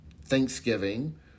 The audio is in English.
Thanksgiving